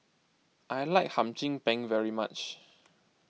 I like Hum Chim Peng very much